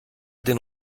den